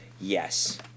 Yes